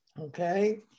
okay